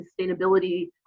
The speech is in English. sustainability